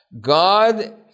God